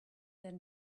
than